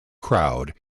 crowd